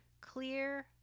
clear